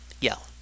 yell